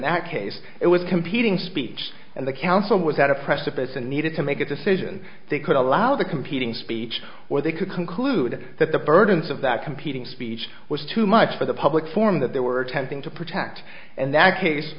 that case it was competing speech and the council was at a precipice and needed to make a decision they could allow the competing speech where they could conclude that the burdens of that competing speech was too much for the public forum that they were attempting to protect and that case